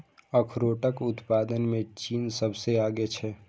अखरोटक उत्पादन मे चीन सबसं आगां छै